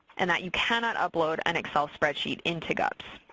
and that you cannot upload an excel spreadsheet into gups.